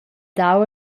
dau